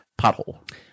pothole